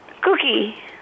Cookie